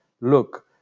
look